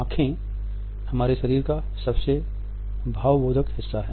आँखें हमारे शरीर का सबसे भावबोधक हिस्सा हैं